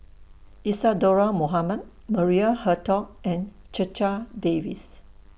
Isadhora Mohamed Maria Hertogh and Checha Davies